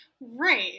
Right